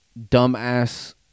dumbass